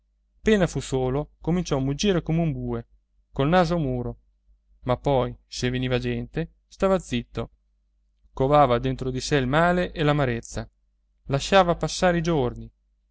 appena fu solo cominciò a muggire come un bue col naso al muro ma poi se veniva gente stava zitto covava dentro di sé il male e l'amarezza lasciava passare i giorni